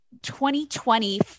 2020